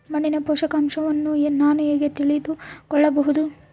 ಮಣ್ಣಿನ ಪೋಷಕಾಂಶವನ್ನು ನಾನು ಹೇಗೆ ತಿಳಿದುಕೊಳ್ಳಬಹುದು?